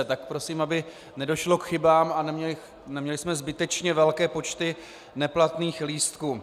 Tak prosím, aby nedošlo k chybám a neměli jsme zbytečně velké počty neplatných lístků.